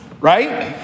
Right